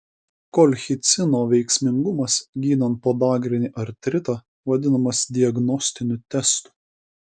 kolchicino veiksmingumas gydant podagrinį artritą vadinamas diagnostiniu testu